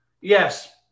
Yes